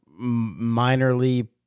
minorly